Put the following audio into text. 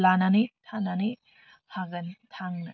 लानानै थानानै हागोन थांनो